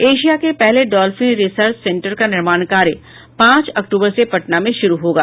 Asia के पहले dolphin research centre का निर्माण कार्य पांच अक्टूबर से पटना में शुरू होगा